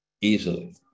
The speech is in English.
easily